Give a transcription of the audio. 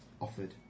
offered